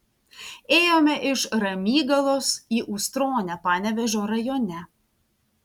ėjome iš ramygalos į ustronę panevėžio rajone